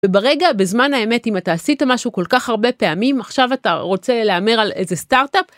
ברגע, בזמן האמת אם אתה עשית משהו כל כך הרבה פעמים, עכשיו אתה רוצה להמר על איזה סטארט-אפ.